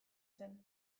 zen